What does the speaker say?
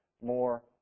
more